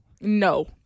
No